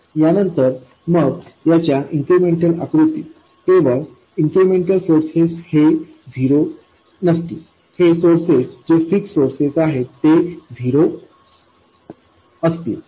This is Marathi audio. यानंतर मग याच्या इन्क्रिमेन्टल आकृतीत केवळ इन्क्रिमेन्टल सोर्सेस हे झिरो नसतील हे सोर्सेस जे फिक्स सोर्सेस आहेत ते झिरो असतील